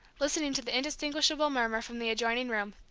listening to the indistinguishable murmur from the adjoining room,